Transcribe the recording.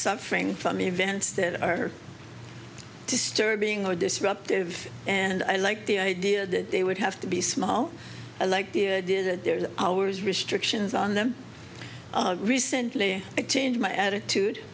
suffering from events that are disturbing or disruptive and i like the idea that they would have to be small i like the idea that there's hours restrictions on them recently changed my attitude